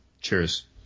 Cheers